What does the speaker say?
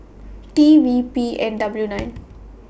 T V P N W nine